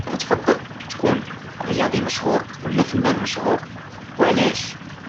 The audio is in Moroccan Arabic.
كتفصل تكون رياضي نشهور اولى فنان مشهور او علاش؟